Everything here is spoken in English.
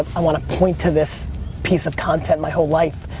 i want to point to this piece of content my whole life,